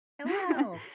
Hello